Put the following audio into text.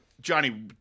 Johnny